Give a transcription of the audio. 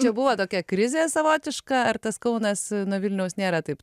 čia buvo tokia krizė savotiška ar tas kaunas nuo vilniaus nėra taip